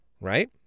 right